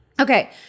Okay